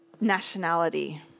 nationality